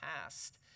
past